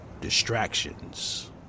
distractions